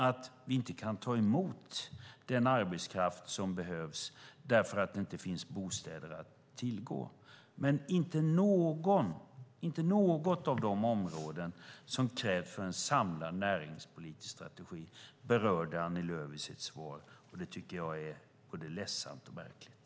Vi kan inte ta emot den arbetskraft som behövs därför att det inte finns bostäder att tillgå. Men Annie Lööf berörde i sitt svar inte något av de områden som krävs för en samlad näringspolitisk strategi. Det tycker jag är både ledsamt och märkligt.